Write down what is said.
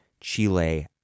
Chile